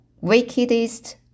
Wickedest